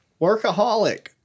Workaholic